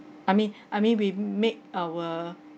I mean I mean we make our